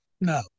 No